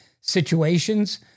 situations